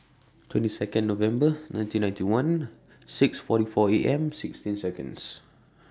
twenty Second November nineteen ninety one six forty four Am sixteen Seconds